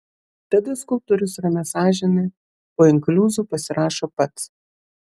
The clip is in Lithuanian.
tada skulptorius ramia sąžine po inkliuzu pasirašo pats